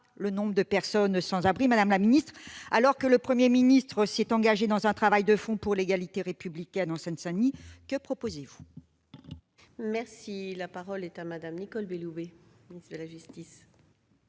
le nombre de personnes sans abri ! Madame la ministre, alors que le Premier ministre s'est engagé dans un travail de fond pour l'égalité républicaine en Seine-Saint-Denis, que proposez-vous ? La parole est à Mme la garde des sceaux.